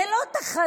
זאת לא תחרות.